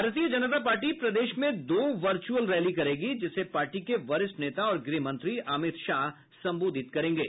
भारतीय जनता पार्टी प्रदेश में दो वर्चुअल रैली करेगी जिसे पार्टी के वरिष्ठ नेता और गृह मंत्री अमित शाह संबोधित करेंगे